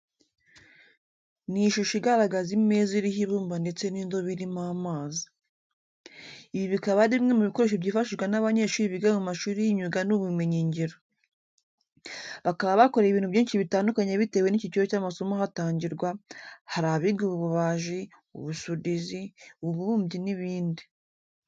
Ni ishusho igaragaza imeza iriho ibumba ndetse n'indobo irimo amazi. Ibi bikaba ari bimwe mu bikoresho byifashishwa n'abanyeshuri biga mu mashuri y'imyuga n'ubumenyingiro. Bakaba bakora ibintu byinshi bitandukanye bitewe n'icyiciro cy'amasomo ahatangirwa, hari abiga ububaji, ubusudizi, ububumbyi n'ibindi.